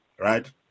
right